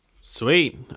sweet